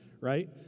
right